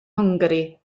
hwngari